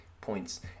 points